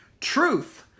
Truth